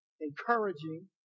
encouraging